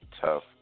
tough